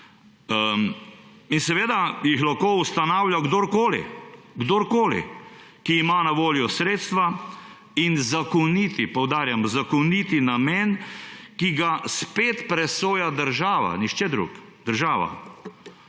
In seveda jih lahko ustanavlja kdorkoli, kdorkoli, ki ima na voljo sredstva in zakoniti, poudarjam, zakoniti namen, ki ga spet presoja država, nihče drug, država.